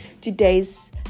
today's